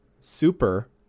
Super